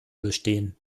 bestehen